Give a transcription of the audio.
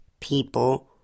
people